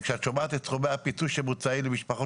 כשאת שומעת את סכומי הפיצוי שמוצעים למשפחות